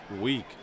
week